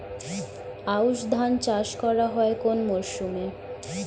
আউশ ধান চাষ করা হয় কোন মরশুমে?